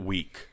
Week